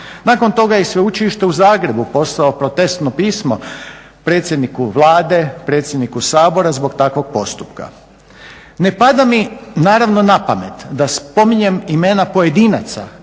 Nakon toga je Sveučilište u Zagrebu poslalo protestno pismo predsjedniku Vlade, predsjedniku Sabora zbog takvog postupka. Ne pada mi naravno na pamet da spominjem imena pojedinaca